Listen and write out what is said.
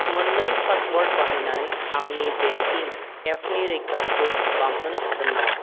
मोन्नै पासवार्ड बाहायनानै आंनि बेंकिं एपनि रैखाथिखौ बांहोनो हागोन नामा